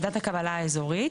ועדת הקבלה האזורית.